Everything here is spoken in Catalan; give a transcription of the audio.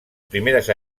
primeres